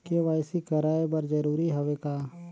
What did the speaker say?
KYC कराय बर जरूरी हवे का?